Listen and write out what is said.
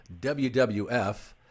WWF